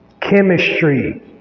chemistry